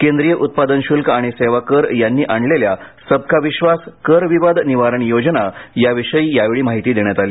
केंद्रीय उत्पादन शुल्क आणि सेवा कर यांनी आणलेल्या सबका विश्वास कर विवाद निवारण योजना याविषयी यावेळी माहिती देण्यात आली